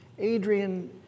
Adrian